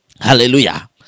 Hallelujah